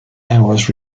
hours